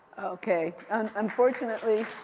ok. and unfortunately,